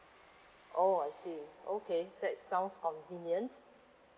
oh I see okay that sounds convenient